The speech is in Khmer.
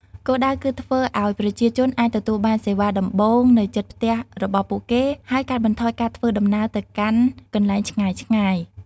គោលដៅគឺធ្វើឱ្យប្រជាជនអាចទទួលបានសេវាដំបូងនៅជិតផ្ទះរបស់ពួកគេ ហើយកាត់បន្ថយការធ្វើដំណើរទៅកាន់កន្លែងឆ្ងាយៗ។